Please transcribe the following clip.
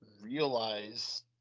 realize